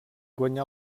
guanyà